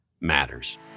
matters